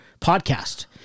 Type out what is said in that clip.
podcast